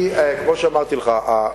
כמו שאמרתי לך,